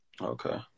Okay